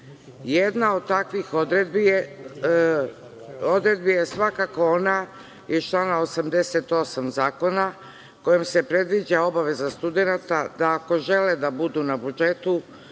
Jedna od takvih odredbi je svakako ona iz člana 88. zakona, kojom se predviđa obaveza studenata da ako žele da budu na budžetu